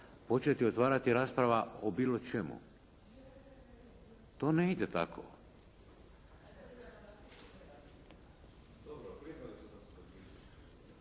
početi otvarati raspravu o bilo čemu. To ne ide tako.